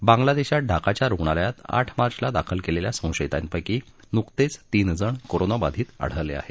बांगलादेशात ढाकाच्या रुग्णालयात आठ मार्घला दाखल केलेल्या संशयितापैकी नुकतेच तीनजण कोरोनाबाधित आढळले आहेत